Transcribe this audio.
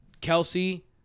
Kelsey